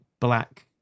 black